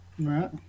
Right